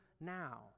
now